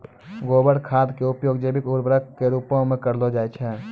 गोबर खाद के उपयोग जैविक उर्वरक के रुपो मे करलो जाय छै